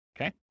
Okay